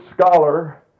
scholar